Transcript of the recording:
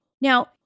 Now